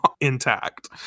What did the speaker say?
intact